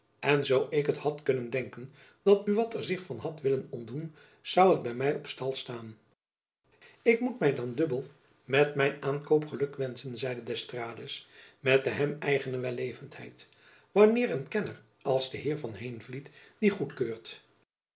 en zoo ik had kunnen denken dat buat er zich van had willen ontdoen zoû het by my op stal staan ik moet my dan dubbel met mijn aankoop geluk wenschen zeide d'estrades met de hem eigene wellevendheid wanneer een kenner als de heer van heenvliet dien goedkeurt